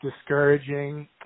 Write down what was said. discouraging